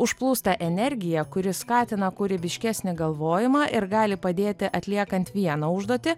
užplūsta energija kuri skatina kūrybiškesnį galvojimą ir gali padėti atliekant vieną užduotį